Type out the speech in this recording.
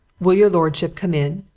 will your lordship come in?